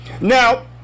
Now